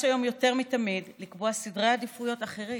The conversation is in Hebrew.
היום יותר מתמיד לקבוע סדרי עדיפויות אחרים,